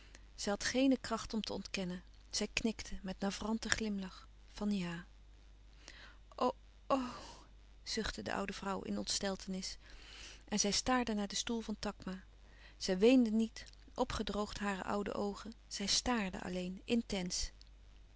had geene kracht om te ontkennen zij knikte met navranten glimlach van ja o oh zuchtte de oude vrouw in ontsteltenis en zij staarde naar den stoel van takma zij weende niet opgedroogd hare oude oogen zij staarde alleen intens